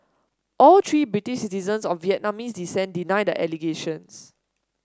all three British citizens of Vietnamese descent deny the allegations